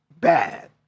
bad